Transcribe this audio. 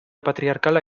patriarkala